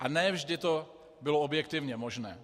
A ne vždy to bylo objektivně možné.